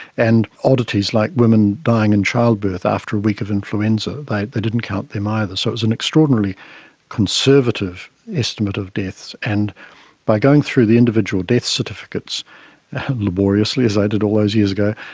and oddities like women dying in childbirth after a week of influenza, they didn't count them either. so it was an extraordinarily conservative estimate of deaths. and by going through the individual death certificates laboriously, as i did all those years ago,